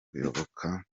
kuyoboka